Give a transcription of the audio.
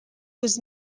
was